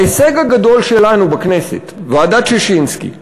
ההישג הגדול שלנו בכנסת, ועדת ששינסקי,